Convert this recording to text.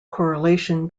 correlation